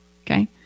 okay